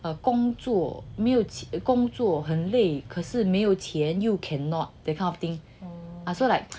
err 工作没有工作很累可是没有钱又 cannot that kind of thing ah so like